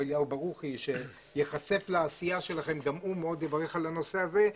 אליהו ברוכי כאשר ייחשף לעשייה שלכם יברך על הנושא הזה.